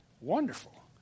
wonderful